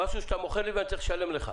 זה משהו שאתה מוכר לי ואני צריך לשלם לך.